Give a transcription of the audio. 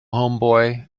homeboy